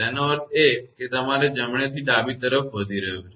તેનો અર્થ એ કે તે તમારા જમણેથી ડાબે તરફ વધી રહ્યું છે